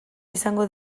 izango